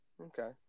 Okay